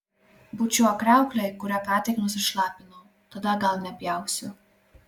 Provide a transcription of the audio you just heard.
bučiuok kriauklę į kurią ką tik nusišlapinau tada gal nepjausiu